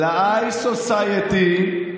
ל-hight society,